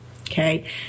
okay